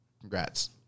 Congrats